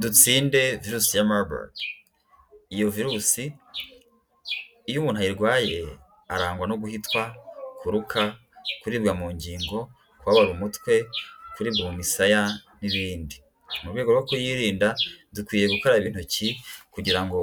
Dutsinde virusi ya marburg, iyo virusi iyo umuntu ayirwaye arangwa no guhitwa, kuruka, kuribwa mu ngingo, kubabara umutwe, kuribwa mu misaya n'ibindi, mu rwego rwo kuyirinda dukwiye gukaraba intoki kugira ngo